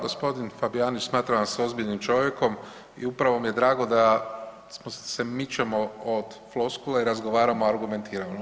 Gospodin Fabijanić smatram vas ozbiljnim čovjekom i upravo mi je drago da se mičemo od floskule i razgovaramo argumentirano.